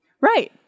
Right